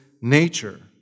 nature